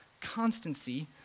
Constancy